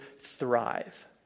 thrive